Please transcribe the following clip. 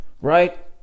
right